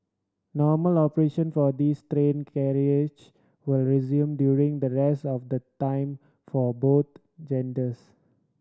normal operation for these carriages will resume during the rest of the time for both genders